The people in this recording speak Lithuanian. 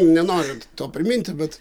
nenoriu to priminti bet